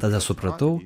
tada supratau